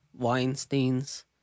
Weinsteins